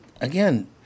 again